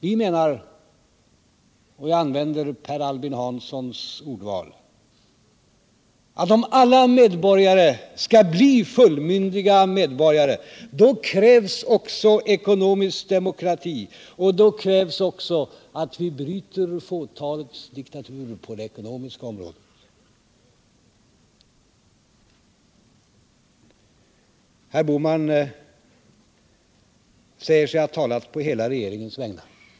Vi menar, och jag använder Per Albin Hanssons ordval, att om alla medborgare skall bli fullmyndiga medborgare, då krävs också ekonomisk demokrati och att vi bryter fåtalets diktatur på det ekonomiska området. Herr Bohman säger sig ha talat på hela regeringens vägnar.